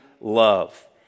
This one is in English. love